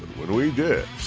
when we did,